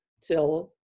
till